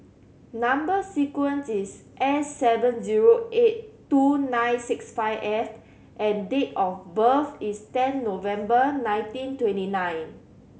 number sequence is S seven zero eight two nine six five F and date of birth is ten November nineteen twenty nine